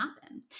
happen